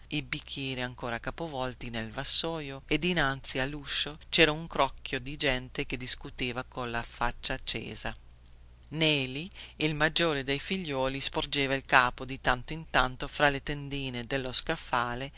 i bicchieri ancora capovolti nel vassoio e dinanzi alluscio cera un crocchio di gente che discuteva colla faccia accesa neli il maggiore dei figliuoli sporgeva il capo di tanto in tanto fra le tendine dello scaffale